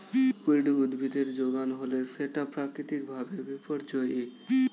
weed উদ্ভিদের যোগান হলে সেটা প্রাকৃতিক ভাবে বিপর্যোজী